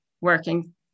working